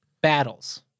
battles